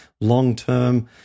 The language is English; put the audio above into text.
long-term